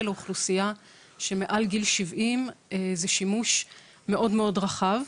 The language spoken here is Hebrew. האוכלוסייה שמעל גיל 70 זה שימוש מאוד רחב.